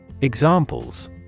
Examples